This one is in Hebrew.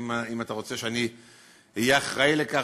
אם אתה רוצה שאני אהיה אחראי לכך,